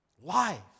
Life